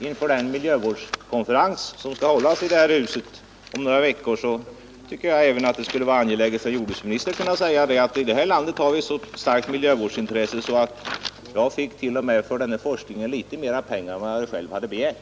Inför den miljövårdskonferens som skall hållas i det här huset om några veckor tycker jag ändå att det skulle vara angeläget för jordbruksministern att kunna säga: Här i landet har vi ett så starkt miljövårdsintresse att för den här forskningen fick jag t.o.m. litet mer pengar än jag själv hade begärt.